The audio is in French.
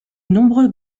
nombreux